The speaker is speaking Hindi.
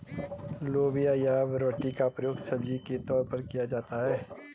लोबिया या बरबटी का प्रयोग सब्जी के तौर पर किया जाता है